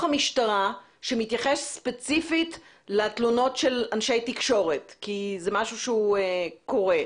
המשטרה שמתייחס ספציפית לתלונות של אנשי תקשורת כי זה משהו שהוא קורה,